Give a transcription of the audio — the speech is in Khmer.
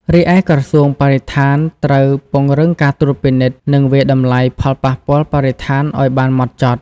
រីឯក្រសួងបរិស្ថានត្រូវពង្រឹងការត្រួតពិនិត្យ និងវាយតម្លៃផលប៉ះពាល់បរិស្ថានឱ្យបានហ្មត់ចត់។